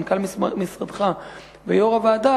מנכ"ל משרדך ויושב-ראש הוועדה,